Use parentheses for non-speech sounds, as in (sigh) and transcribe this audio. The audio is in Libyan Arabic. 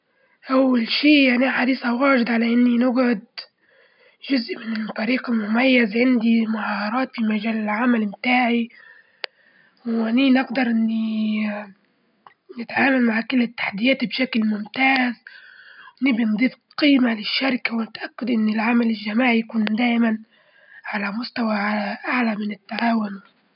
أول شي (unintelligible) يعني أحدثها وارد على إني نجعد، جزء من الفريق المميز عندي مهاراتي في مجال العمل متاعي وإني نقدر إني نتعامل مع كل التحديات بشكل ممتاز، ونبي نضيف قيمة للشركة ونتأكد إن العمل الجماعي يكون دايمًا على مستوى أعلى من التعاون.